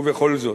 ובכל זאת,